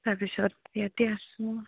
তাৰপিছত ইয়াতে আছোঁ